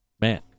Man